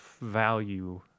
value